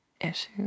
issues